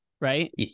right